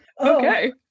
Okay